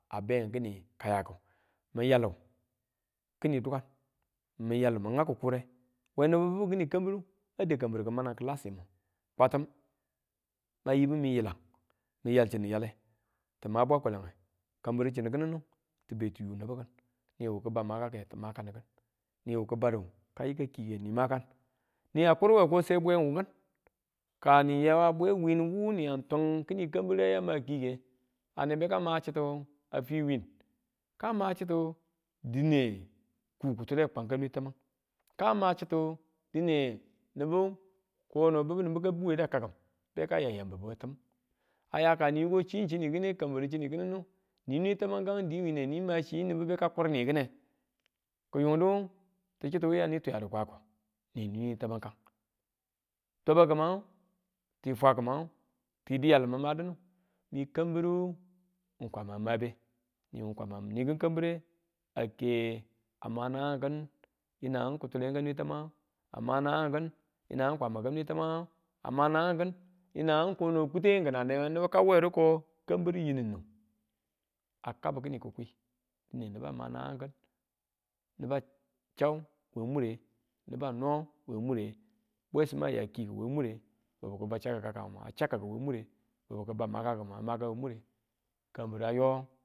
A beng kini kayaku, min yalo kini dukan miyal ngau kikure we nibu bnibu kini kambiru a dau kambiru ki mana kilasimu kwattun, man yibu mi yilang min yal chinu yale tima bwa kwalange kambiru tin yi kininu tibe ti yuu nibu kun niwu kibau makake ti makan yin kin, niwu kibadu ka yika kiike ni makan ni a kuruwe ko se bwe n wukin kani ya bwe win wu niya tungi kini kambiru a ma kiike, a ne beka ma chitu a fi wiin kama chitu dine kuu kitule kwan ka nwe tamang kama chitu dine nibu kono n nibu nibu ka buweda kakim beka ya yam bibu we tumu a ya ka ni yikochi chini kine kambiru chini kininu ni nwe tamangang diwin ne ni ma chi nibu, beka kurni kine ki yungdu tichitu wu yani twiyadu kwako neni nwe tamang kan twabaku mang ti fwaku mangu ti diyalu min madinumi kambiru n kwama mabe, niwu n kwama ni ki̱n kambire a ke a ma naang ki̱n yinangu kitule nwe tamange a ma naang kin yina n kwama ka nwe tamang kange a ma naang ki̱n yinangu kono kutengu kina newegu nibu ka weeru ko kambir yininu, a kambi kini kikwi dine niba ma naang ki̱n niba chau we mure, niba no we mure, bwesim a ya kiiki we wure, bibu ki bau chakku kakakam a chau we mure bibu ki bab makake a maka we mure kambira yo.